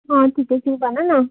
सुन्दैछु भनन